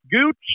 Gooch